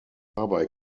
dabei